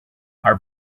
our